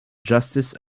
justice